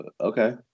Okay